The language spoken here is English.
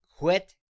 quit